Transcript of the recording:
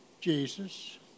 Jesus